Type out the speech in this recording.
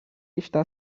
está